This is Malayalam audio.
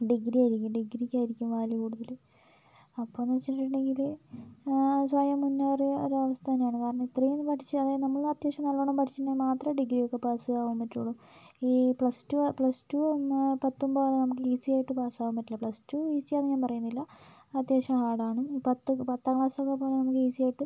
ഡിഗ്രി ആയിരിക്കും ഡിഗ്രിക്കായിരിക്കും വാല്യൂ കൂടുതൽ അപ്പോന്ന് വെച്ചിട്ടിണ്ടെങ്കിൽ സ്വയം മുന്നേറുക അത് അവസ്ഥ തന്നെയാണ് കാരണം ഇത്രേം പഠിച്ച് അതായത് നമ്മൾ അത്യാവശ്യം നല്ലോണം പഠിച്ചിട്ടുണ്ടെങ്കിൽ മാത്രമേ ഡിഗ്രിയൊക്കെ പാസിയാവാൻ പറ്റുള്ളൂ ഈ പ്ലസ് ടു പ്ലസ് ടുവും പത്തും പോലെ നമുക്ക് ഈസി ആയിട്ട് പാസാവാൻ പറ്റില്ല പ്ലസ്ടു ഈസിയാന്ന് ഞാൻ പറയുന്നില്ല അത്യാവശ്യം ഹാർഡാണ് പത്ത് പത്താം ക്ലാസ്സൊക്കെ പോലെ നമുക്ക് ഈസിയായിട്ട്